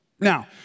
Now